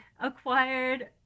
acquired